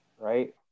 Right